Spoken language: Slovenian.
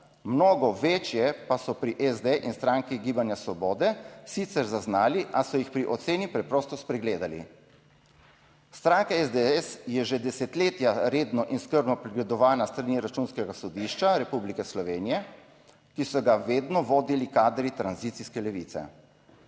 mnogo večje pa so pri SD in Stranki gibanja svobode sicer zaznali, a so jih pri oceni preprosto spregledali. Stranka SDS je že desetletja redno in skrbno pregledovana s strani Računskega sodišča Republike Slovenije, ki so ga vedno vodili kadri tranzicijske levice.